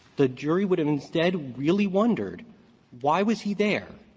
the jury would have instead really wondered why was he there.